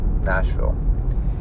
Nashville